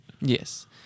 yes